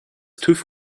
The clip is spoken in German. tüv